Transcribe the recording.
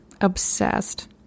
Obsessed